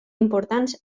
importants